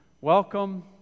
welcome